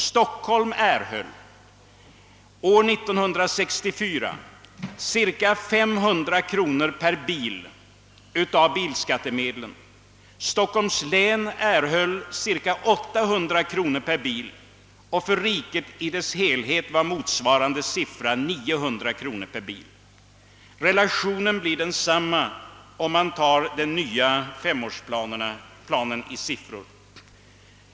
Stockholm erhöll år 1964 cirka 500 kronor per bil av bilskattemedlen och Stockholms län cirka 800 kronor per bil. För riket i dess helhet var motsvarande siffra 900 kronor per bil. Relationen blir densamma enligt den nya femårsplanen.